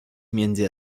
między